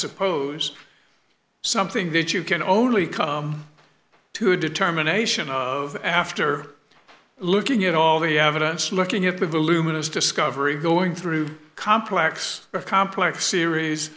suppose something that you can only come to a determination of after looking at all the evidence looking at the voluminous discovery going through a complex of complex series